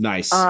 Nice